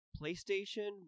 PlayStation